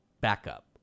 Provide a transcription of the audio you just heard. backup